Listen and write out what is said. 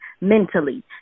mentally